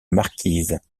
marquise